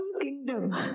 kingdom